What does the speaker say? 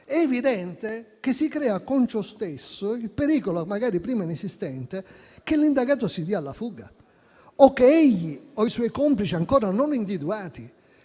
è evidente che si crea con ciò stesso il pericolo - magari prima inesistente - che l'indagato si dia alla fuga o che egli o i suoi complici ancora non individuati